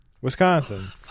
Wisconsin